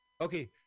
Okay